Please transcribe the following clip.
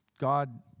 God